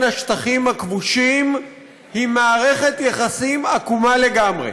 השטחים הכבושים היא מערכת יחסים עקומה לגמרי,